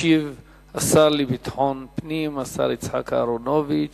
ישיב השר לביטחון פנים יצחק אהרונוביץ.